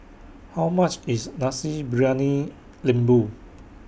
How much IS Nasi Briyani Lembu